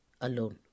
alone